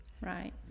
Right